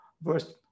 verse